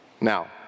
Now